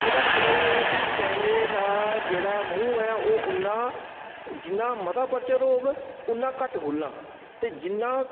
ओह्दा मतलब एह् ऐ कि कैमरे दा जेह्ड़ा मूंह् ऐ ओह् उन्ना जिन्ना मता अपर्चर होग उन्ना घट्ट खु'ल्लना ते जिन्ना